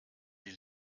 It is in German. die